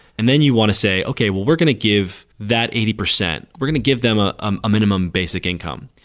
and then you want to say, okay, well we're going to give that eighty percent. we're going to give them a um minimum basic income.